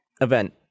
Event